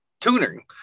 tuning